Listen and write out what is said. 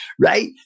right